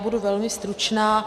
Budu velmi stručná.